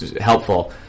helpful